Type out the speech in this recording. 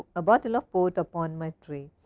a bottle of port upon my tray.